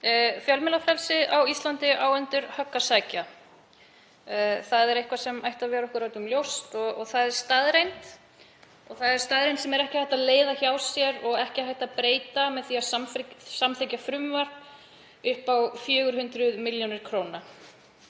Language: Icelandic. Fjölmiðlafrelsi á Íslandi á undir högg að sækja. Það er eitthvað sem ætti að vera okkur öllum ljóst og það er staðreynd sem ekki er hægt að leiða hjá sér og ekki hægt að breyta með því að samþykkja frumvarp upp á 400 millj. kr.